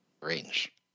range